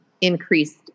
increased